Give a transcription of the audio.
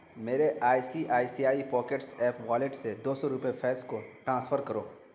میرے I C I C I pockets app wallet سے دو سو روپے فیض کو ٹرانسفر کرو